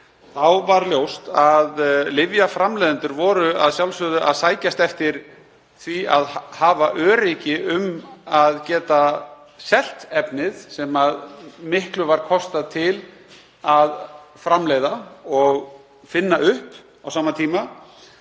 var ljóst að lyfjaframleiðendur voru að sjálfsögðu að sækjast eftir því að hafa öryggi um að geta selt efnið, sem miklu var kostað til á þeim tíma að finna upp og framleiða.